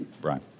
Brian